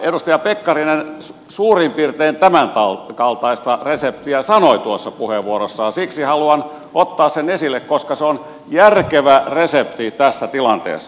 edustaja pekkarinen suurin piirtein tämänkaltaisen reseptin sanoi tuossa puheenvuorossaan siksi haluan ottaa sen esille koska se on järkevä resepti tässä tilanteessa